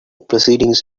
proceedings